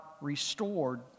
restored